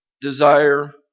desire